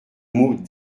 mot